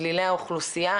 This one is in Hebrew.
דלילי האוכלוסייה,